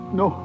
no